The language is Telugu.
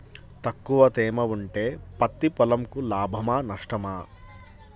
తక్కువ తేమ ఉంటే పత్తి పొలంకు లాభమా? నష్టమా?